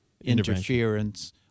interference